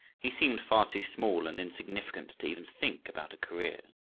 he seemed far too small and insignificant to even think about a career.